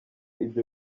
ibyo